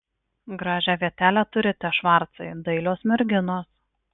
gražią vietelę turite švarcai dailios merginos